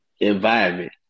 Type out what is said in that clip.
environment